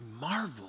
marvel